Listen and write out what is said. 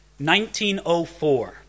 1904